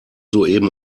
soeben